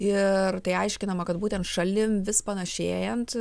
ir tai aiškinama kad būtent šalim vis panašėjant